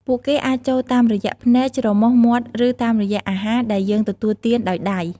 ពួកគេអាចចូលតាមរយៈ ភ្នែក ច្រមុះ មាត់ ឬតាមរយៈ អាហារ ដែលយើងទទួលទានដោយដៃ។